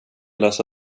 lösa